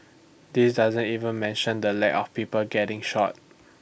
this doesn't even mention the lack of people getting shot